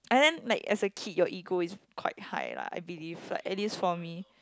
and then like as a kid your ego is quite high lah I believe like at least for me